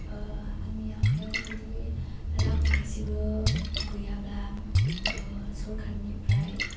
ओह आंनि आखाइआव जुदि रां थाइसेबो गैयाब्ला ओह सरकारनिफ्राइ